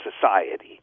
society